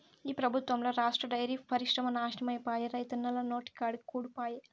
ఈ పెబుత్వంల రాష్ట్ర డైరీ పరిశ్రమ నాశనమైపాయే, రైతన్నల నోటికాడి కూడు పాయె